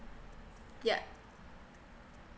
yeah